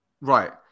Right